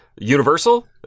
Universal